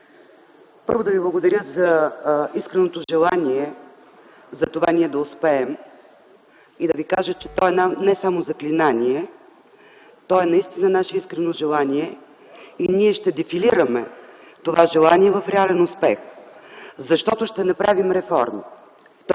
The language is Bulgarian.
Първо да Ви благодаря за искреното желание за това ние да успеем и да Ви кажа, че то не е само заклинание, а то е наше искрено желание и ние ще дефилираме това желание в реален успех, защото ще направим реформа.